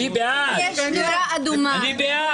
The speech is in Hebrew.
אני בעד לשאול.